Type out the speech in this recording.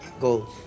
goals